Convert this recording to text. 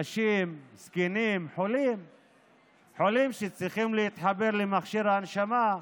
נשים, זקנים, חולים שצריכים להתחבר למכשיר הנשמה,